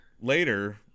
later